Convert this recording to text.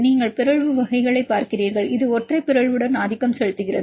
நீங்கள் பிறழ்வு வகைகளைப் பார்க்கிறீர்கள் இது ஒற்றை பிறழ்வுடன் ஆதிக்கம் செலுத்துகிறது